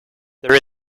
there